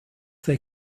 their